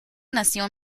nació